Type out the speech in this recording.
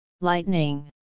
Lightning